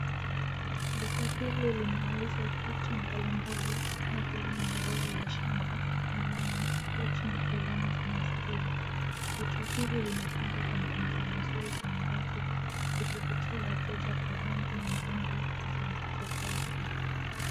Duka hili linauza vitu mbalimbali kama vile minyororo ya shingo, miwani ,pochi na hereni za masikio ,vitu hivi vimepangwa kwa mpangilio mzuri kwenye rafu vikivutia wateja kwa rangi muundo tofauti tofauti.